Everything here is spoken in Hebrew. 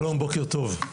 שלום, בוקר טוב.